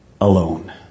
alone